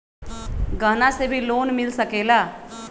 गहना से भी लोने मिल सकेला?